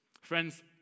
Friends